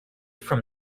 from